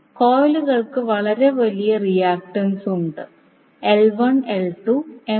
കോയിലുകൾക്ക് വളരെ വലിയ റിയാക്ക്ടെൻസ് ഉണ്ട് 2